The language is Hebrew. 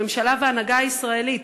הממשלה וההנהגה הישראלית.